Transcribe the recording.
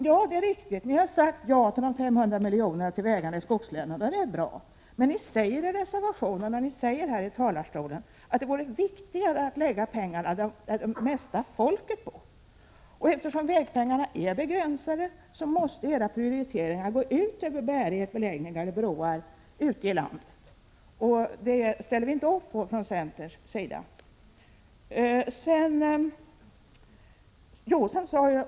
7n Det är riktigt att ni har sagt ja till 500 miljoner till vägarna i skogslänen, och det är bra. Men ni säger i reservation och härifrån talarstolen att det vore bättre att lägga pengarna där det mesta folket bor. Eftersom vägpengarna är begränsade måste prioriteringarna gå ut över bärighetsförbättringar, breddningar och broar ute i landet. Det ställer vi från centern inte upp på.